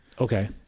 Okay